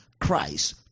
Christ